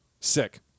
sick